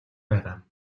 байгаа